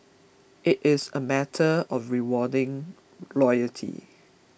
it is a matter of rewarding loyalty